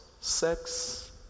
sex